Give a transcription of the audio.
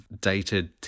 dated